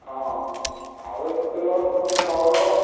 ହଁ ଆଉ ଏମିତି ତେଲ ସ୍ନୋ ପାଉଡ଼ର